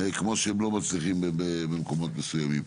כמו שהם לא מצליחים במקומות מסוימים.